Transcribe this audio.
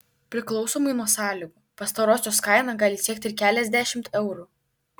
priklausomai nuo sąlygų pastarosios kaina gali siekti ir keliasdešimt eurų